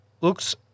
looks